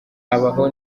habaho